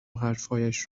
حرفهایش